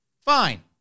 Fine